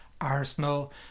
Arsenal